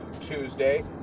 Tuesday